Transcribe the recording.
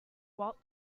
walt